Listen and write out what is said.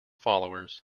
followers